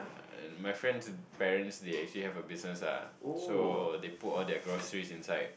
my friend parents they actually have a business lah so they put all their groceries inside